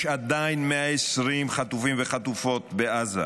יש עדיין 120 חטופים וחטופות בעזה.